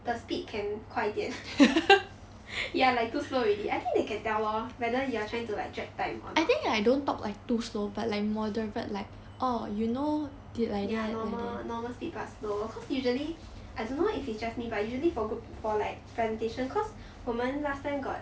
the speed can 快点 ya like too slow already I think they can tell lor whether you are trying to like drag time or not ya normal normal speed but slower cause usually I don't know if it's just me but usually for group for like presentation cause 我们 last time got